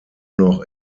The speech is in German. noch